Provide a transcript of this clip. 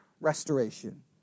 restoration